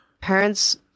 parents